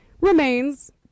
remains